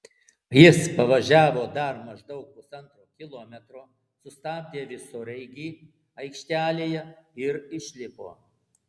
jis pavažiavo dar maždaug pusantro kilometro sustabdė visureigį aikštelėje ir išlipo